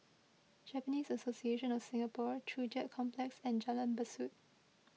Japanese Association of Singapore Joo Chiat Complex and Jalan Besut